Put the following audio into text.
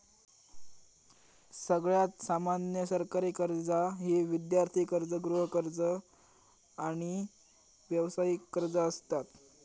सगळ्यात सामान्य सरकारी कर्जा ही विद्यार्थी कर्ज, गृहकर्ज, आणि व्यावसायिक कर्ज असता